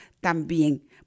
también